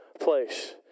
place